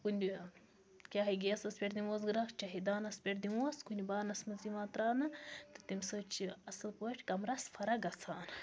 کُنہِ چاہے گیسَس پٮ۪ٹھ دِمہوس گَرٛیٚکھ چاہے دانَس پٮ۪ٹھ دِمہوس کُنہِ بانَس منٛز یِوان تراونہٕ تہٕ تَمہِ سۭتۍ چھِ اصٕل پٲٹھۍ کَمرَس فرق گژھان